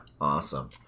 awesome